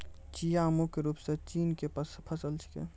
चिया मुख्य रूप सॅ चीन के फसल छेकै